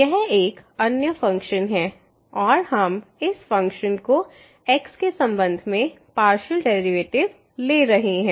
यह एक अन्य फ़ंक्शन है और हम इस फ़ंक्शन को x के संबंध में पार्शियल डेरिवेटिव्स ले रहे हैं